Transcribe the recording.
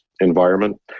environment